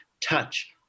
Touch